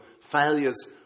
failures